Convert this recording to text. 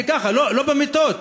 זה ככה, לא במיטות.